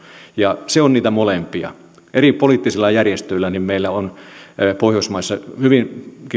ja se on niitä molempia meillä on eri poliittisilla järjestöillä pohjoismaissa hyvinkin